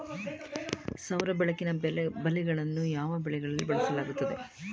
ಸೌರ ಬೆಳಕಿನ ಬಲೆಗಳನ್ನು ಯಾವ ಬೆಳೆಗಳಲ್ಲಿ ಬಳಸಲಾಗುತ್ತದೆ?